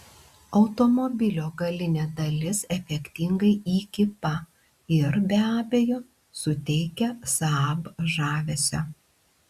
automobilio galinė dalis efektingai įkypa ir be abejo suteikia saab žavesio